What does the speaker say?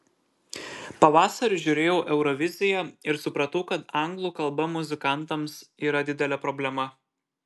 pavasarį žiūrėjau euroviziją ir supratau kad anglų kalba muzikantams yra didelė problema